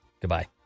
Goodbye